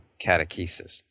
catechesis